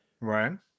Right